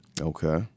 Okay